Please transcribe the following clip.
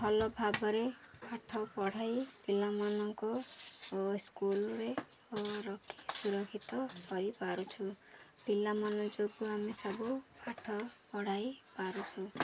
ଭଲ ଭାବରେ ପାଠ ପଢ଼ାଇ ପିଲାମାନଙ୍କ ଓ ସ୍କୁଲ୍ରେ ରଖି ସୁରକ୍ଷିତ କରିପାରୁଛୁ ପିଲାମାନଙ୍କ ଯୋଗୁଁ ଆମେ ସବୁ ପାଠ ପଢ଼ାଇ ପାରୁଛୁ